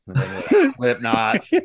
Slipknot